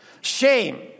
Shame